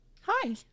Hi